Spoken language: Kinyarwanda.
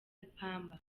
ipamba